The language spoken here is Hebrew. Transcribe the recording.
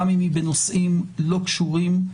גם אם היא בנושאים לא קשורים,